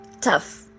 tough